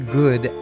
good